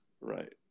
right